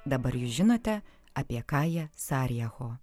dabar jūs žinote apie kaiją sarijecho